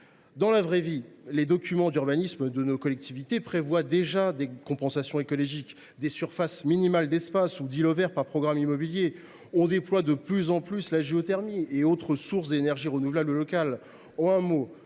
Dans la vraie vie, les documents d’urbanisme de nos collectivités prévoient déjà des compensations écologiques, des surfaces minimales d’espaces ou d’îlots verts par programme immobilier. On déploie de plus en plus la géothermie et d’autres sources d’énergies renouvelables locales.